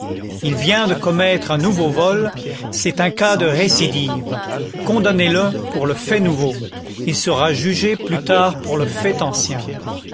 il vient de commettre un nouveau vol c'est un cas de récidive condamnez le pour le fait nouveau il sera jugé plus tard pour le fait ancien